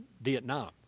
Vietnam